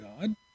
God